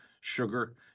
sugar